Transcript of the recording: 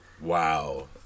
Wow